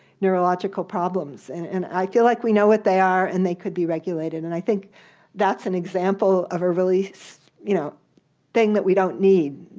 neurological problems, and and i feel like we know what they are, and they could be regulated. and i think that's an example of a thing you know thing that we don't need.